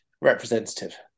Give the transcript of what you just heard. representative